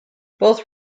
both